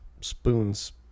spoons